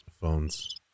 phones